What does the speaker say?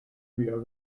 mir